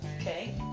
Okay